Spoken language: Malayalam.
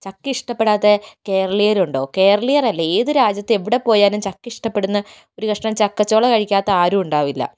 ചക്ക ഇഷ്ടപ്പെടാത്ത കേരളീയരുണ്ടോ കേരളീയരല്ല ഏതു രാജ്യത്തും എവിടെ പോയാലും ചക്ക ഇഷ്ടപ്പെടുന്ന ഒരു കഷണം ചക്കച്ചുള കഴിക്കാത്ത ആരും ഉണ്ടാവില്ല